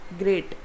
great